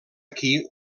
aquí